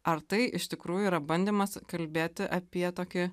ar tai iš tikrųjų yra bandymas kalbėti apie tokį